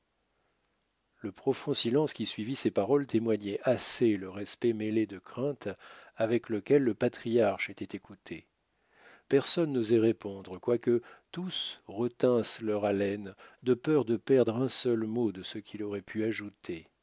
le profond silence qui suivit ces paroles témoignait assez le respect mêlé de crainte avec lequel le patriarche était écouté personne n'osait répondre quoique tous retinssent leur haleine de peur de perdre un seul mot de ce qu'il aurait pu ajouter